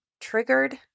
triggered